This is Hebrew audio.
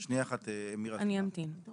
אפשר יהיה אחר כך גם לאכוף ולבחון האם